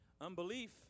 Unbelief